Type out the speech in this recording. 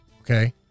okay